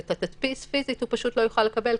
ואת התדפיס פיזית הוא פשוט לא יוכל לקבל,